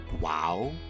wow